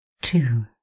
two